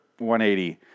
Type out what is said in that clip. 180